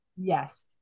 Yes